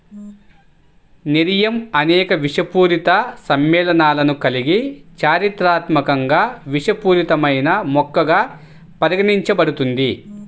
nerium అనేక విషపూరిత సమ్మేళనాలను కలిగి చారిత్రాత్మకంగా విషపూరితమైన మొక్కగా పరిగణించబడుతుంది